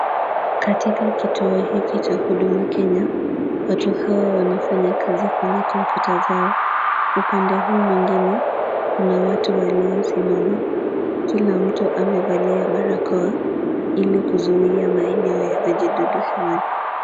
Katika kituo hiki cha Huduma Kenya, watu hawa wanafanya kazi kwenye kompyuta zao. Upande huu mwingine, kuna watu waliosimama. Kila mtu amevalia barakoa, ili kuzuia maeneo ya vijidudu hewani.